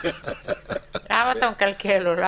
למה אתה מקלקל לו?